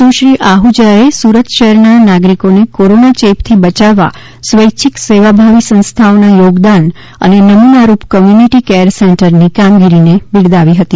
સુશ્રી આહુજાએ સુરત શહેરના નાગરિકોને કોરોના ચેપથી બચાવવા સ્વૈચ્છિક સેવાભાવી સંસ્થાઓના યોગદાન અને નમૂનારૂપ કમ્યુનિટી કેર સેન્ટરની કામગીરીને બિરદાવી હતી